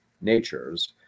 natures